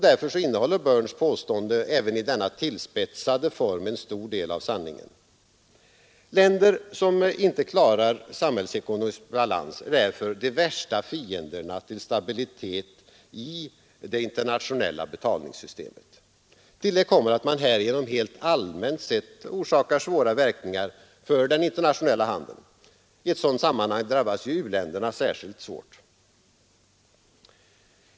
Därför innehåller Burns” påstående även i denna tillspetsade form en stor del av sanningen. Länder som inte klarar att hålla samhällsekonomisk balans är därför de värsta fienderna till stabilitet i det internationella betalningssystemet. Till det kommer att man härigenom allmänt sett orsakar svåra verkningar för den internationella handeln. I ett sådant sammanhang drabbas u-länderna särskilt svårt.